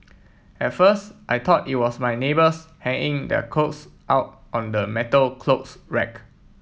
at first I thought it was my neighbours hanging their clothes out on the metal clothes rack